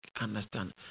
understand